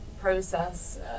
process